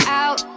out